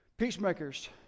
peacemakers